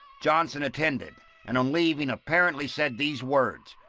johnson attended and, on leaving, apparently said these words,